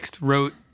wrote